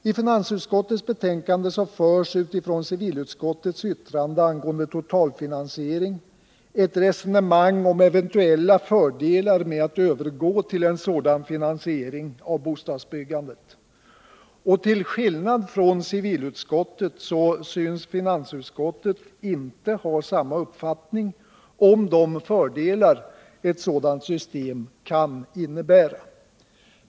I finansutskottets betänkande förs utifrån civilutskottets yttrande angående totalfinansiering ett resonemang om eventuella fördelar med att övergå till en sådan finansiering av bostadsbyggandet. Finansutskottet synes inte ha samma uppfattning som civilutskottet om de fördelar ett sådant system kan innebära.